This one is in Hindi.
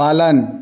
पालन